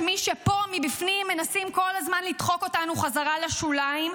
יש מי שפה מבפנים מנסים כל הזמן לדחוק אותנו חזרה לשוליים,